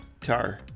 Tar